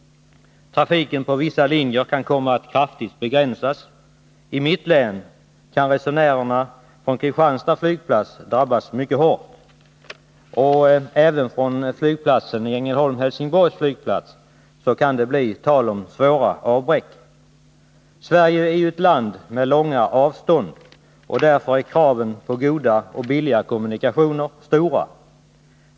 Trafiken på vissa linjer kan komma att kraftigt begränsas. I mitt län kan resenärerna från Kristianstads flygplats drabbas mycket hårt, men även Ängelholms-Helsingborgs flygplats kan få svåra avbräck. Sverige är ett land med långa avstånd. Därför är kraven på goda och billiga kommunikationer stora.